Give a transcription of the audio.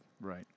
right